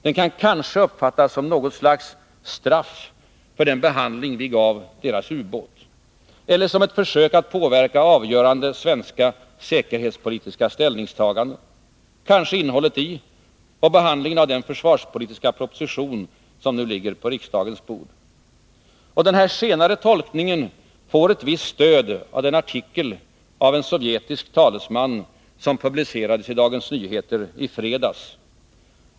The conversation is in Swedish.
Den kan kanske uppfattas som något slags ”straff” för den behandling vi gav deras ubåt eller som ett försök att påverka avgörande svenska säkerhetspolitiska ställningstaganden, kanske innehållet i och behandlingen av den försvarspolitiska proposition som nu ligger på riksdagens bord. Denna senare tolkning får ett visst stöd av den artikel av en sovjetisk talesman som publicerades i Dagens Nyheter i fredags.